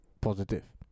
positive